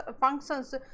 functions